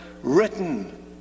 written